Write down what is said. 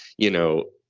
you know,